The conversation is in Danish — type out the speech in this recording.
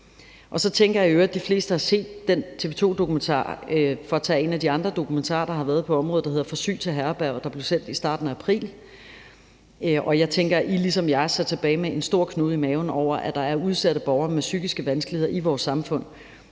Så tænker jeg i øvrigt, at de fleste har set den TV 2-dokumentar, for at tage en af de andre dokumentarer, der har været på området, der hedder »For syg til herberget?« og blev sendt i starten af april, og jeg tænker, at I ligesom jeg sidder tilbage med en stor knude i maven over, at der er udsatte borgere med psykiske vanskeligheder i vores samfund,